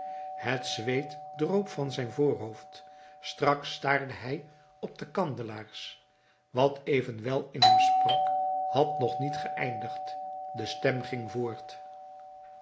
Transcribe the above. het zweet droop van zijn voorhoofd strak staarde hij op de kandelaars wat evenwel in hem sprak had nog niet geëindigd de stem ging voort